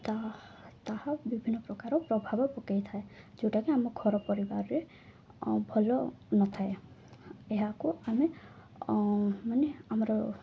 ତାହା ତାହା ବିଭିନ୍ନ ପ୍ରକାର ପ୍ରଭାବ ପକେଇଥାଏ ଯେଉଁଟାକି ଆମ ଘର ପରିବାରରେ ଭଲ ନଥାଏ ଏହାକୁ ଆମେ ମାନେ ଆମର